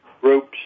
groups